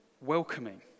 welcoming